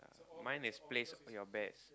mine is place your bets